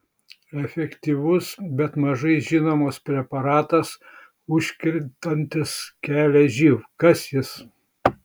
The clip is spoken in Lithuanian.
efektyvus bet mažai žinomas preparatas užkertantis kelią živ kas jis